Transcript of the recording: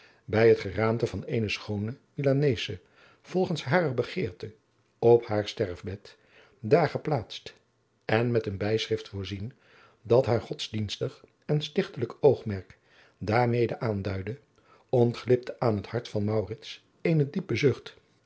bij het geraamte van eene schoone milanesche volgens hare begeerte op haar sterfbed daar geplaatst en met een bijschrift voorzien dat haar godsdienstig en stichtelijk oogmerk daarmede aanduidde ontglipte aan het hart van maurits een diepe zucht